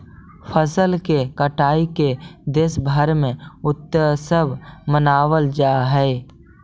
फसल के कटाई के देशभर में उत्सव मनावल जा हइ